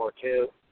Two